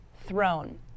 throne